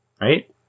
right